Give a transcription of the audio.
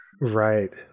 right